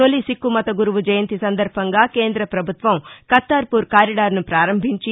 తొలి సిక్కుమత గురుపు జయంతి సందర్బంగా కేంద్ర పభుత్వం కర్తార్పుర్ కారిడార్ను పారంభించి